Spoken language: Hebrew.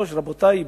443. רבותי,